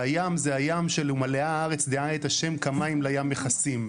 והים זה הים של "ומלאה הארץ דעה את השם כמים לים מכסים",